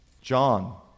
John